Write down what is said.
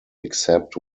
except